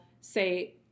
say